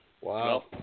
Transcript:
Wow